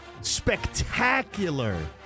Spectacular